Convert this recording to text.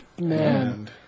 Man